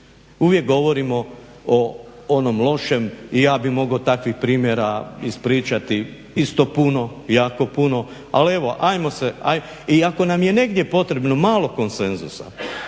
Uvijek govorimo o onom lošem i ja bih mogao takvih primjera ispričati isto puno, jako puno. I ako nam je negdje potrebno malo konsenzusa